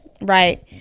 right